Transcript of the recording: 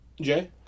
Jay